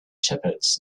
shepherds